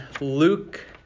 Luke